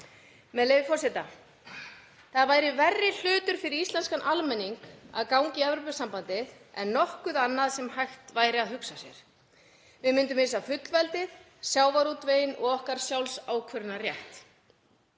Með leyfi forseta: „Það væri verri hlutur fyrir íslenskan almenning að ganga í Evrópusambandið en nokkuð annað sem hægt væri að hugsa sér. Við myndum missa fullveldið, sjávarútveginn og okkar sjálfsákvörðunarrétt.“